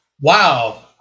wow